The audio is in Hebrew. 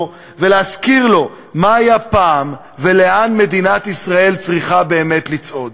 ולהזכיר לו מה היה פעם ולאן מדינת ישראל צריכה באמת לצעוד.